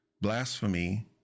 blasphemy